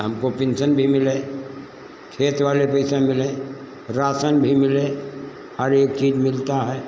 हमको पेन्सन भी मिले खेत वाले पैसे मिले राशन भी मिले हर एक चीज मिलता है